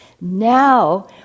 now